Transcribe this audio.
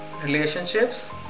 relationships